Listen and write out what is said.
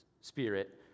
spirit